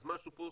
אז משהו פה,